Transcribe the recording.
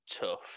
tough